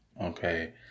Okay